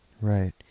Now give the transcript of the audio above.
Right